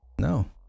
no